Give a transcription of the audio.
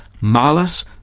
malice